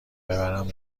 ببرم